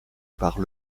par